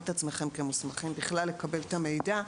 את עצמכם כמוסמכים בכלל לקבל את המידע,